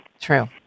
True